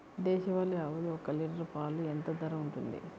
దేశవాలి ఆవులు ఒక్క లీటర్ పాలు ఎంత ధర ఉంటుంది?